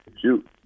Shoot